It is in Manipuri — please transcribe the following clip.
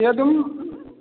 ꯍꯣꯏ ꯑꯗꯨꯝ